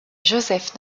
joseph